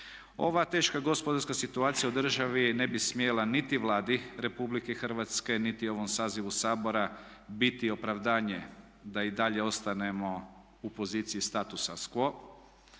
Ova teška gospodarska situacija u državi ne bi smjela niti Vladi RH niti ovom sazivu Sabora biti opravdanje da i dalje ostanemo u poziciji statusa quo